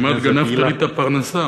כמעט גנבת לי את הפרנסה,